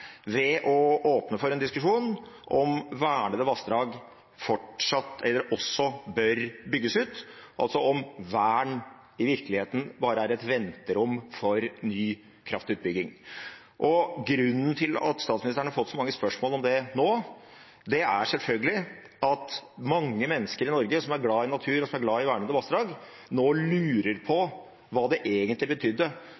ved å åpne for en diskusjon om vernede vassdrag også bør bygges ut, altså om vern i virkeligheten bare er et venterom for ny kraftutbygging. Grunnen til at statsministeren har fått så mange spørsmål om det nå, er selvfølgelig at mange mennesker i Norge som er glad i natur, og som er glad i vernede vassdrag, lurer